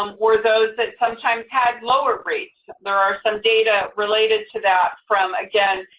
um were those that sometimes had lower rates. there are some data related to that from, again,